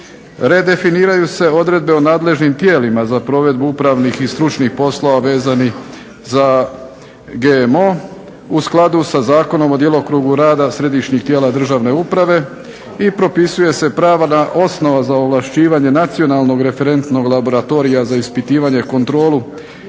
Redefiniraju se odredbe o nadležnim tijelima za provedbu upravnih i stručnih poslova vezanih za GMO u skladu sa Zakonom o djelokrugu rada središnjih tijela državne uprave i propisuje se pravna osnova za ovlašćivanje nacionalnog referentnog laboratorija za ispitivanje, kontrolu